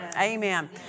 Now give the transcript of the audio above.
Amen